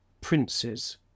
Princes